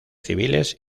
civiles